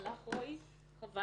הלך רועי פולקמן?